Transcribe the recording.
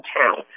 town